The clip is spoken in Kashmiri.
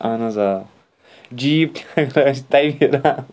اَہن حظ آ جیپ تہِ اگر اسہِ تویرا